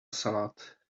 salad